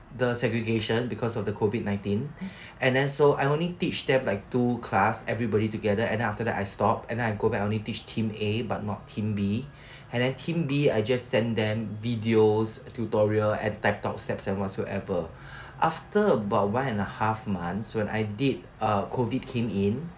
the segregation because of the COVID nineteen and then so I only teach them like two class everybody together and then after that I stop and then I go back I only teach team A but not team B and then team B I just sent them videos tutorials and whatsoever after about one and a half month when I did uh COVID came in